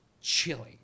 chilling